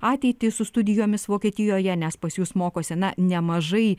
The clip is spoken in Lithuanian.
ateitį su studijomis vokietijoje nes pas jus mokosi na nemažai